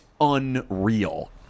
unreal